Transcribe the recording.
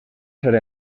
ser